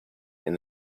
and